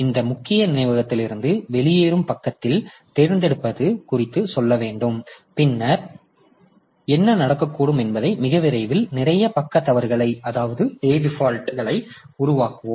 இந்த முக்கிய நினைவகத்திலிருந்து வெளியேறும் பக்கத்தைத் தேர்ந்தெடுப்பது குறித்து சொல்ல வேண்டும் பின்னர் என்ன நடக்கக்கூடும் என்பது மிக விரைவில் நிறைய பக்க தவறுகளை உருவாக்குவோம்